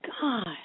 God